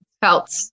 felt